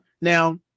now